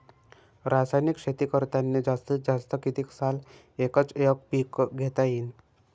रासायनिक शेती करतांनी जास्तीत जास्त कितीक साल एकच एक पीक घेता येईन?